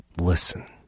Listen